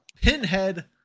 Pinhead